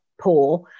poor